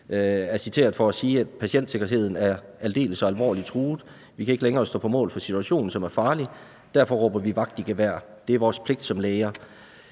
er citeret for at sige: »Patientsikkerheden er aldeles og alvorligt truet. Vi kan ikke længere stå på mål for situationen, som er farlig. Derfor råber vi vagt i gevær. Det er vores pligt som læger.«